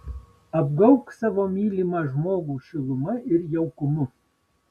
apgaubk savo mylimą žmogų šiluma ir jaukumu